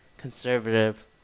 Conservative